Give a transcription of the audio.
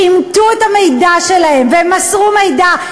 שאימתו את המידע שלהם והם מסרו מידע,